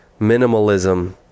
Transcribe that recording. minimalism